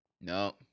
No